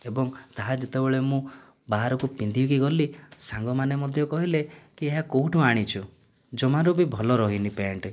ଏବଂ ତାହା ଯେତେବେଳେ ମୁଁ ବାହାରକୁ ପିନ୍ଧିକି ଗଲି ସାଙ୍ଗମାନେ ମଧ୍ୟ କହିଲେ କି ଏହା କେଉଁଠୁ ଆଣିଛୁ ଜମାରୁ ବି ଭଲ ରହୁନି ପ୍ୟାଣ୍ଟ